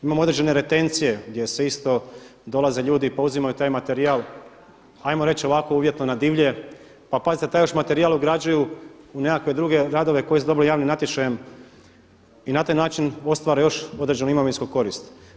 Imamo određene retencije gdje isto dolaze ljudi pa uzimaju taj materijal ajmo reći ovako uvjetno na divlje, pa pazite taj još materijal ugrađuju u nekakve druge radove koje su dobili javnim natječajem i na taj način ostvare još određenu imovinsku korist.